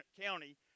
County